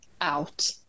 out